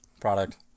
product